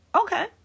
Okay